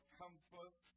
comfort